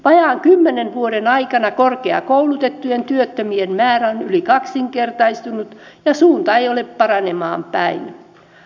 vajaan kymmenen vuoden aikana korkeakoulutettujen työttömien määrä on yli kaksinkertaistunut ja suunta ei ole paranemaan päin